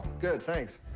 good, thanks.